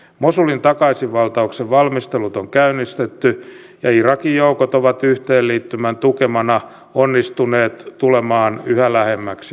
mosulin takaisinvaltauksen valmistelut on käynnistetty ja irakin joukot ovat yhteenliittymän tukemana onnistuneet tulemaan yhä lähemmäksi mosulia